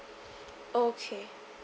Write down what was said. okay